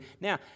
Now